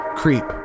creep